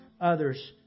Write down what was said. others